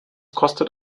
kostet